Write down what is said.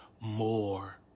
more